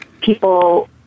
people